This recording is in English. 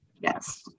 Yes